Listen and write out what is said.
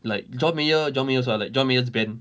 like john mayer john mayer's ah like john mayer's band